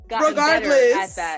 Regardless